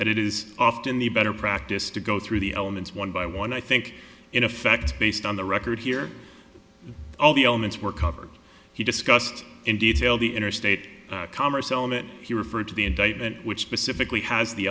that it is often the better practice to go through the elements one by one i think in effect based on the record here all the elements were covered he discussed in detail the interstate commerce element he referred to the indictment which specifically has the